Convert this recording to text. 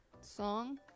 song